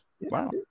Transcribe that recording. Wow